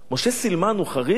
משה סילמן הוא חריג?